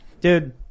Dude